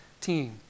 team